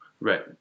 Right